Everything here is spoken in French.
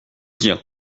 dire